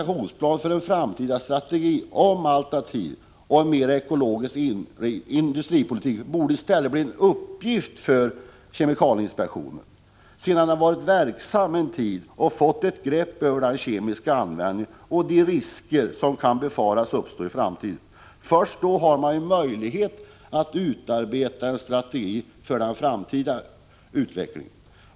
Att utarbeta en framtida strategi om alternativ och en mer ekologiskt inriktad industripolitik borde i stället bli en uppgift för kemikalieinspektionen sedan den varit i verksamhet en tid och fått ett grepp om den kemiska användningen och de risker som kan befaras uppstå i framtiden. Först då har man möjligheter att utarbeta en strategi för framtiden.